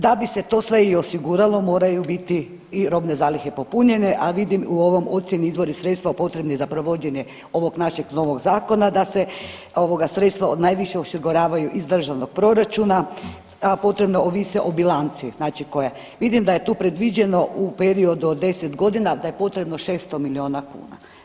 Da bi se to sve i osiguralo, moraju biti i robne zalihe popunjene, a vidim u ovom ocjeni izvori sredstva u potrebni za provođenje ovog našeg novog Zakona da se ovoga, sredstva najviše osiguravaju iz državnog proračuna, a potrebno ovise o bilanci znači koja, vidim da je tu predviđeno u periodu od 10 godina da je potrebno 600 milijuna kuna.